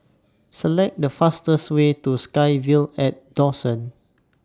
Select The fastest Way to SkyVille At Dawson